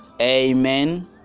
amen